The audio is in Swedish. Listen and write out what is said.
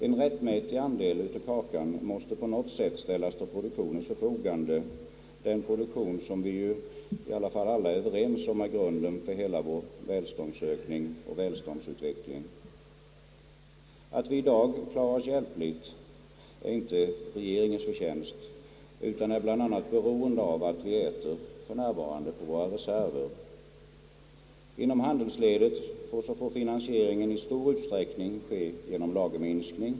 En rättmätig andel av kakan måste på något sätt ställas till produktionens förfogande, den produktion som vi alla är överens om är grunden för hela vår Att vi i dag klarar oss hjälpligt är inte regeringens förtjänst, utan bl.a. beroende av att vi äter på våra reserver. Inom handelsledet får finansieringen i stor utsträckning ske genom lagerminskning.